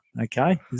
okay